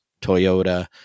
Toyota